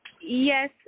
Yes